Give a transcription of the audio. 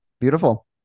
Beautiful